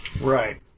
Right